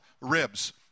ribs